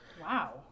Wow